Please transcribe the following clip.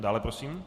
Dále prosím.